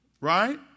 right